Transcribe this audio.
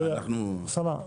אוסאמה,